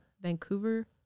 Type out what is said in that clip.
Vancouver